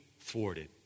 thwarted